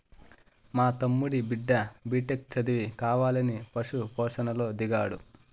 మా తమ్ముడి బిడ్డ బిటెక్ చదివి కావాలని పశు పోషణలో దిగాడు